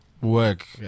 work